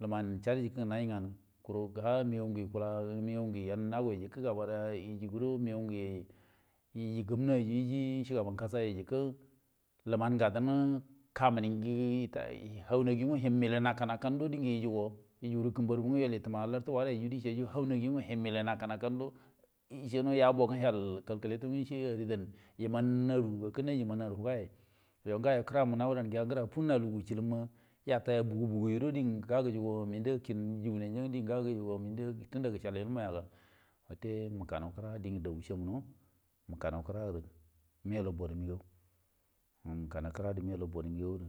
Leman chand geke ngugo ngani kuru bila ngja mago wukula yen nogwai ngot ke gabu dago wukala megon yeji gunnayo, shagaban ka yero gika liman ngadan kamininge ga hau nage dori here hea alkan hegai gudo guguri kinbar gu yel yetamai larte warai yo do ci nge hau nagu hin milliye hakkan gudo yabo nge hal kallaileton nga, yenndan aru kakkim ye nu higai yen go yo ngayn ge kira mun ywudan nge kira yulan ngra fuw yatar ya bugu bugu do nge gugugu o munda kim di nganai nge hel ilmon nga wute mukano kira nge, mukani kirange aja bor nego akano kira gede yulno bor nego